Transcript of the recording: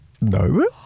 No